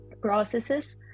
processes